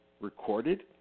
recorded